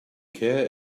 care